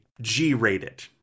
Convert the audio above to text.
g-rated